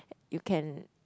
you can